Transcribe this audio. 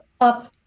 up